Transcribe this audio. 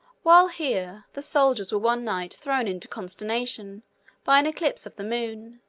while here, the soldiers were one night thrown into consternation by an eclipse of the moon.